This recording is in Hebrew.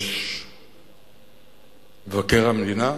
שיש מבקר המדינה,